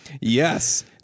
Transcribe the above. Yes